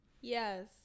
Yes